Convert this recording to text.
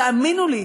תאמינו לי,